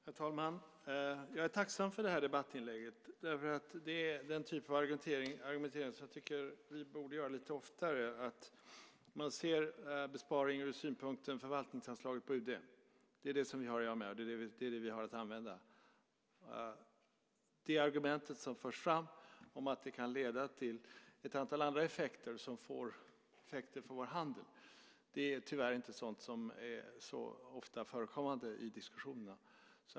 Herr talman! Jag är tacksam för det här debattinlägget därför att det är den typ av argumentering som jag tycker att vi borde ha lite oftare. Man ser besparingen ur synpunkten att det gäller förvaltningsanslaget på UD. Det är det som vi har att göra med, och det är det vi har att använda. Det argument som förs fram om att det kan leda till ett antal andra effekter som får effekter för vår handel är tyvärr inte så ofta förekommande i diskussionerna.